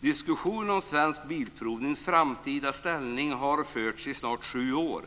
Diskussionen om Svensk Bilprovnings framtida ställning har förts i snart sju år.